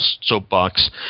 soapbox